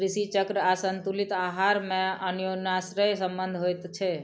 कृषि चक्र आसंतुलित आहार मे अन्योनाश्रय संबंध होइत छै